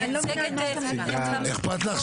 אני מנהלת תחום